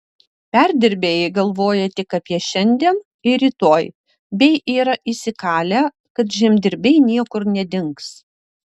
perdirbėjai galvoja tik apie šiandien ir rytoj bei yra įsikalę kad žemdirbiai niekur nedings